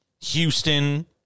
Houston